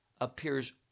appears